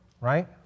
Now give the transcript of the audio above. right